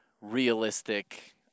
realistic